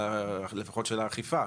לפחות של האכיפה,